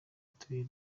tubiri